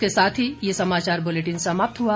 इसके साथ ये समाचार बुलेटिन समाप्त हुआ